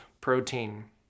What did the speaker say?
protein